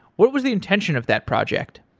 what was the intention of that project?